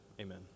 amen